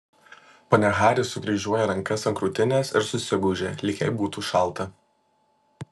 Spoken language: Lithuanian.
ponia haris sukryžiuoja rankas ant krūtinės ir susigūžia lyg jai būtų šalta